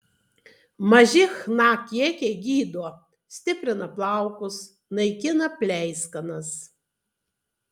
maži chna kiekiai gydo stiprina plaukus naikina pleiskanas